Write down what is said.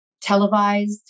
Televised